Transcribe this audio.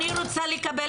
אני רוצה לקבל